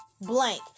blank